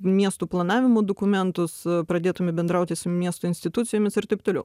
miestų planavimo dokumentus pradėtume bendrauti su miesto institucijomis ir taip toliau